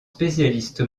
spécialiste